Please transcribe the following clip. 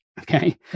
Okay